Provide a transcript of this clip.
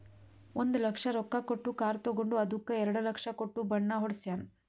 ಒಂದ್ ಲಕ್ಷ ರೊಕ್ಕಾ ಕೊಟ್ಟು ಕಾರ್ ತಗೊಂಡು ಅದ್ದುಕ ಎರಡ ಲಕ್ಷ ಕೊಟ್ಟು ಬಣ್ಣಾ ಹೊಡ್ಸ್ಯಾನ್